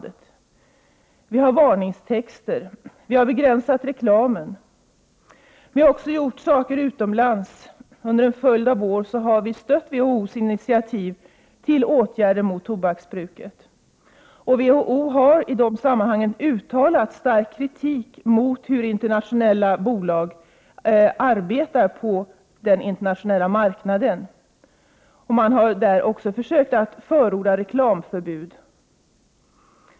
Det finns numera varningstexter, och reklamen har begränsats. Vi har också gjort saker utomlands. Under en följd av år har vi stött WHO:s initiativ till åtgärder mot tobaksbruket, och WHO har i de sammanhangen uttalat stark kritik mot det sätt på vilket internationella bolag arbetar. Man har också försökt att förorda reklamförbud.